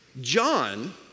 John